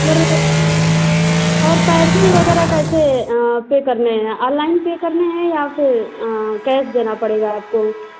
पर और पैसे वगैरह कैसे पे करने है ऑनलाइन पे करने है या फिर कैश देना पड़ेगा आपको